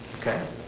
okay